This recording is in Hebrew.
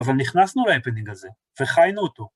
אבל נכנסנו להפינינג הזה, וחיינו אותו.